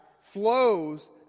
flows